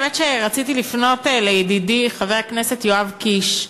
האמת שרציתי לפנות לידידי חבר הכנסת יואב קיש,